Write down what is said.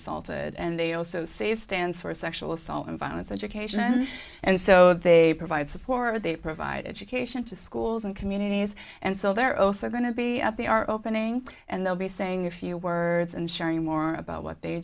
assaulted and they also say it stands for sexual assault and violence education and so they provide support but they provide education to schools and communities and so they're also going to be up they are opening and they'll be saying a few words and sharing more about what they